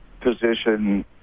position